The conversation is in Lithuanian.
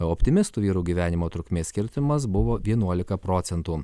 optimistų vyrų gyvenimo trukmės skirtumas buvo vienuolika procentų